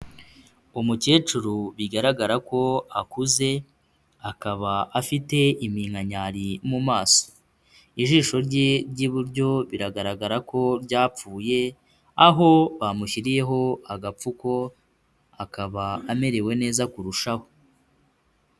Umukecuru bigaragara ko akuze, akaba afite iminkanyari mu maso, ijisho rye ry'iburyo biragaragara ko ryapfuye, aho bamushyiriyeho agapfuko, akaba amerewe neza kurushaho.